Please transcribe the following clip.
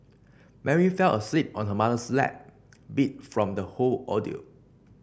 Mary fell asleep on her mother's lap beat from the whole ordeal